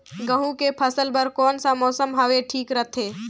गहूं के फसल बर कौन सा मौसम हवे ठीक रथे?